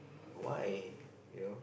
why